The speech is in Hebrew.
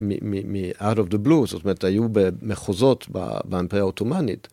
מ-out of the blue, זאת אומרת היו במחוזות באימפריה האותמנית.